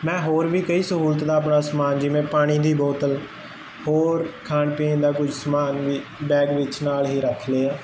ਮੈਂ ਹੋਰ ਵੀ ਕਈ ਸਹੂਲਤ ਦਾ ਆਪਣਾ ਸਮਾਨ ਜਿਵੇਂ ਪਾਣੀ ਦੀ ਬੋਤਲ ਹੋਰ ਖਾਣ ਪੀਣ ਦਾ ਕੋਈ ਸਮਾਨ ਵੀ ਬੈਗ ਵਿੱਚ ਨਾਲ ਹੀ ਰੱਖ ਲਿਆ